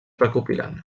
recopilant